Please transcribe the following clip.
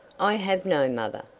i have no mother,